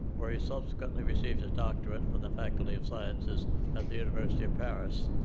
where he subsequently received his doctorate from the faculty of sciences at the university of paris.